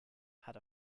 had